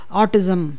autism